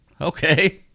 Okay